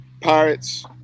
Pirates